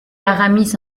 aramis